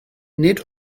nid